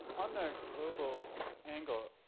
on the global angle,